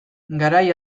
garai